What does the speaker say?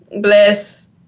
bless